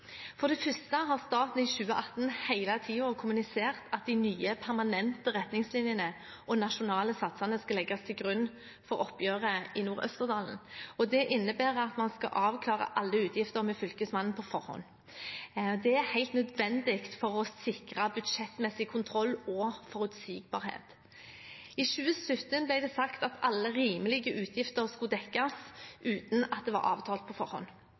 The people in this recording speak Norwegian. For det første har staten i 2018 hele tiden kommunisert at de nye, permanente retningslinjene og nasjonale satsene skal legges til grunn for oppgjøret i Nord-Østerdal, og det innebærer at man skal avklare alle utgifter med Fylkesmannen på forhånd. Det er helt nødvendig for å sikre budsjettmessig kontroll og forutsigbarhet. I 2017 ble det sagt at alle rimelige utgifter skulle dekkes uten at det var avtalt på forhånd.